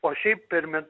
o šiaip per metus